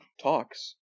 talks